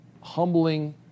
humbling